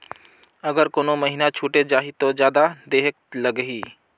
अगर कोनो महीना छुटे जाही तो जादा देहेक लगही?